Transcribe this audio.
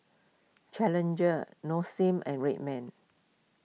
Challenger Nong Shim and Red Man